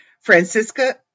Francisca